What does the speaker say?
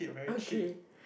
okay